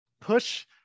push